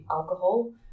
Alcohol